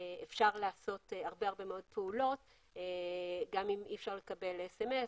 אפשר לעשות הרבה פעולות גם אם אי אפשר לקבל SMS,